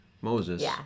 Moses